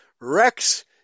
rex